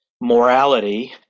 morality